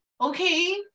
okay